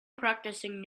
practicing